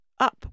up